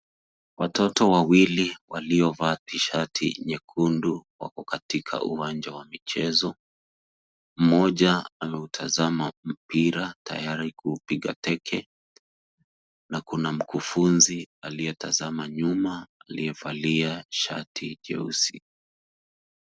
Watoto wawili waliovaa t-shirt nyekundu wako katika uwanja wa michezo. Mmoja ameutazama mpira tayari kuupiga teke na kuna mkufunzi aliyetazama nyuma aliyevalia shati jeusi.